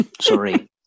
Sorry